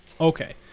Okay